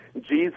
Jesus